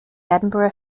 edinburgh